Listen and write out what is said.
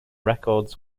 records